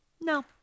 No